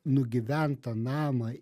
nugyventą namą